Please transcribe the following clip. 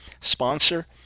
sponsor